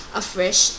afresh